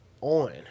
on